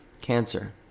cancer